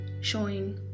showing